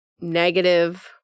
negative